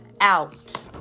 out